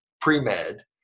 pre-med